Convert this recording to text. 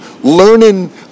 learning